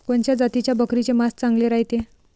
कोनच्या जातीच्या बकरीचे मांस चांगले रायते?